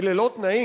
אלה לא תנאים.